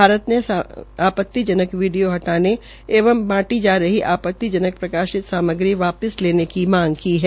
भारत ने आपतिजनक वीडियो एवं बांटी जा रही आपतिजनक प्रकाशित सामग्री वापिस लेने की मांग की है